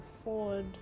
afford